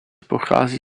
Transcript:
pochází